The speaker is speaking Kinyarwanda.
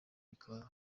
bikajya